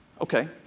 Okay